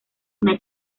una